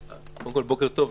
קודם כול, בוקר טוב,